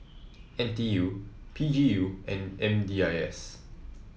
N T U P G U and M D I S